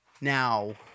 now